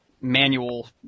manual